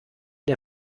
der